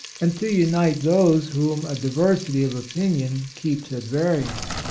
and to unite those whom a diver sity of opinion keeps at variance.